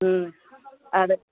అదే